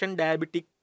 diabetic